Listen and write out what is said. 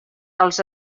els